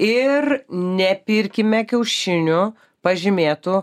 ir nepirkime kiaušinių pažymėtų